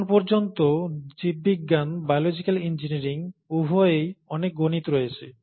এখন পর্যন্ত জীববিজ্ঞান বায়োলজিক্যাল ইঞ্জিনিয়ারিং উভয়েই অনেক গণিত রয়েছে